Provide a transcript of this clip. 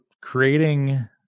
creating